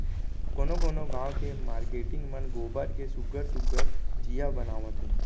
कोनो कोनो गाँव के मारकेटिंग मन गोबर के सुग्घर सुघ्घर दीया बनावत हे